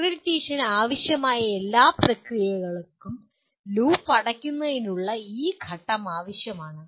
അക്രഡിറ്റേഷന് ആവശ്യമായ എല്ലാ പ്രക്രിയകൾക്കും ലൂപ്പ് അടയ്ക്കുന്നതിനുള്ള ഈ ഘട്ടം ആവശ്യമാണ്